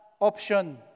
option